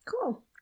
Cool